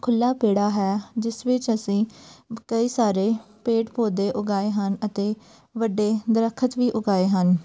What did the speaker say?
ਖੁੱਲ੍ਹਾ ਵਿਹੜਾ ਹੈ ਜਿਸ ਵਿੱਚ ਅਸੀਂ ਕਈ ਸਾਰੇ ਪੇੜ ਪੌਦੇ ਉਗਾਏ ਹਨ ਅਤੇ ਵੱਡੇ ਦਰਖਤ ਵੀ ਉਗਾਏ ਹਨ